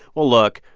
well, look.